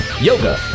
Yoga